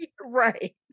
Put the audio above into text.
Right